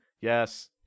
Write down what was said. yes